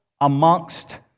amongst